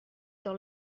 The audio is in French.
dans